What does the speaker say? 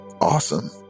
awesome